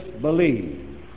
believe